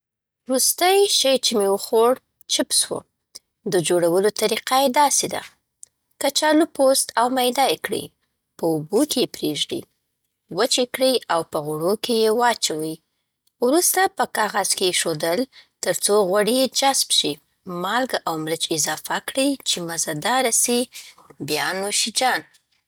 وروستی شی چې مې وخوړ، چپس وو. د جوړولو طریقه یې داسې ده: کچالو پوست او میده یي کړئ. په اوبو کې یې پریږدئ. وچ کړئ او په غوړو کې یې واچوی. وروسته په کاغذ کې ایښودل ترڅو غوړ یي جذب شي. مالګه او مرچ اضافه کړئ چی مزه داره سۍ بیا نوش جان.